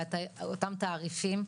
ואותם תעריפים,